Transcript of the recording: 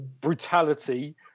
brutality